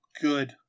good